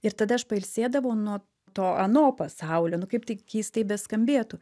ir tada aš pailsėdavau nuo to ano pasaulio nu kaip tai keistai beskambėtų